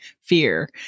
fear